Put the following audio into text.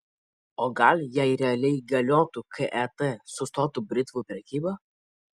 o gal jei realiai galiotų ket sustotų britvų prekyba